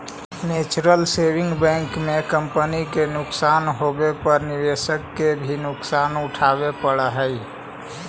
mutual saving bank में company के नुकसान होवे पर निवेशक के भी नुकसान उठावे पड़ऽ हइ